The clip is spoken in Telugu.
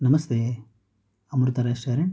నమస్తే అమృతా రెస్టారెంట్